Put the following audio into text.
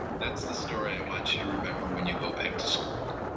that's the story i want you to remember when you go back to school.